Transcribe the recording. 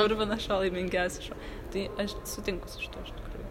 purvinas šuo laimingiausias šuo tai aš sutinku su šituo iš tikrųjų